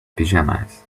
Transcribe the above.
pajamas